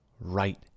right